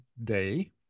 day